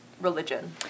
religion